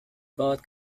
both